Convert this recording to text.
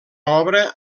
obra